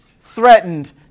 threatened